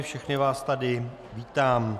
Všechny vás tady vítám.